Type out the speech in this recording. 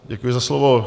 Děkuji za slovo.